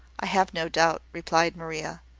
i have no doubt, replied maria.